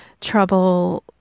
trouble